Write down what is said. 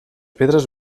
pedres